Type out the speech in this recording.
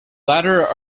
latter